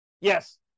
Yes